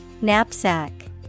Knapsack